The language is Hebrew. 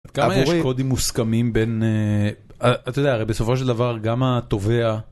עד כמה יש קודים מוסכמים בין, אתה יודע, הרי בסופו של דבר גם התובע